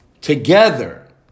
Together